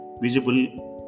visible